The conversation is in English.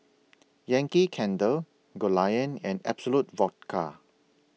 Yankee Candle Goldlion and Absolut Vodka